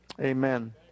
amen